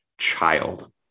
child